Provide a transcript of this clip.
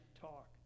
talk